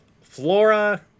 Flora